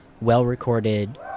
well-recorded